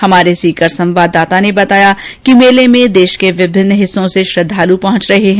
हमारे सीकर संवाददाता ने बताया कि मेले में देश के विभिन्न हिस्सों से श्रद्धालु पहुंच रहे हैं